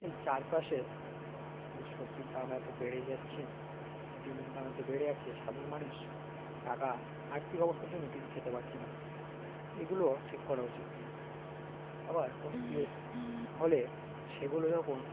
এই চারপাশে যে সবজির দাম এত বেড়ে যাচ্ছে ডিমের দাম এত বেড়ে যাচ্ছে সাধারণ মানুষ টাকা আর্থিক অবস্থার জন্যই কিছু খেতে পারছে না এগুলো ঠিক করা উচিত আবার কোনো কেস হলে সেগুলো যখন